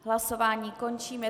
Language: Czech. Hlasování končím.